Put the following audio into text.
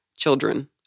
children